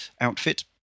outfit